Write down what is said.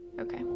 Okay